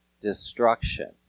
destruction